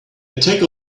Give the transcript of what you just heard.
attack